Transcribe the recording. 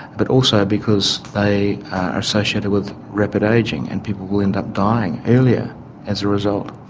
but also because they are associated with rapid ageing and people will end up dying earlier as a result.